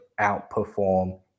outperform